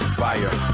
fire